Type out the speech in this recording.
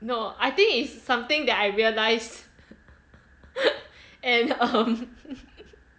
no I think is something that I realised and um